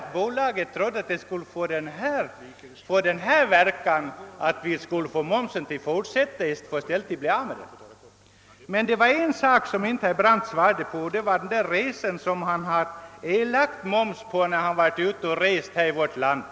Men bolaget trodde nog inte att resultatet skulle bli att momsen skulle bestå i stället för att försvinna. En sak svarade emellertid herr Brandt inte på, och det gällde resan som han erlagt moms på när han varit ute och rest här i landet.